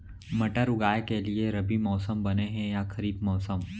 मटर उगाए के लिए रबि मौसम बने हे या खरीफ मौसम?